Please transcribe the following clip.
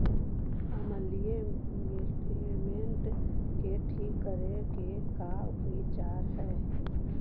अमलिय मटियामेट के ठिक करे के का उपचार है?